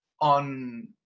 on